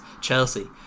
Chelsea